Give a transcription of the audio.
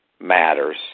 matters